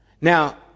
Now